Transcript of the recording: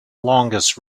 longest